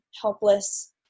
helpless